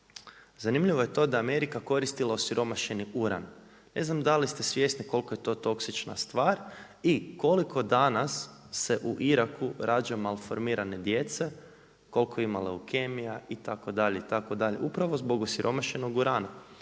zanimljivo je to da je Amerika koristila osiromašeni uran. Ne znam da li ste svjesni koliko je to toksična stvar i koliko danas se u Iraku rađa malformirane djece, koliko ima leukemija, itd., itd., upravo zbog osiromašenog urana.